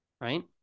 right